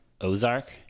Ozark